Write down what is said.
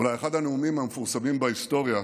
אולי אחד הנאומים המפורסמים בהיסטוריה,